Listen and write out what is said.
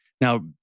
now